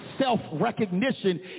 self-recognition